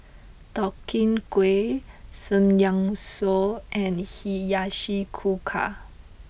Deodeok Gui Samgyeopsal and Hiyashi Chuka